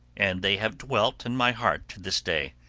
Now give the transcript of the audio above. and they have dwelt in my heart to this day.